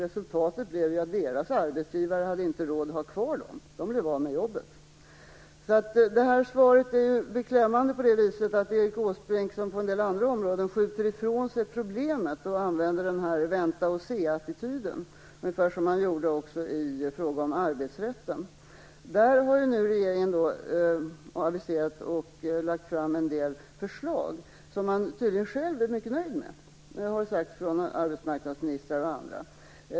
Resultatet blev ju att deras arbetsgivare inte hade råd att ha kvar dem, utan de blev av med jobbet. Svaret är beklämmande på det viset att Erik Åsbrink här som på många andra områden skjuter ifrån sig problemet och visar "vänta-och-se-attityden", ungefär som man gjorde i fråga om arbetsrätten. Där har regeringen nu aviserat och lagt fram en del förslag som den tydligen själv är mycket nöjd med. Det har arbetsmarknadsministern och även andra sagt.